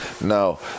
No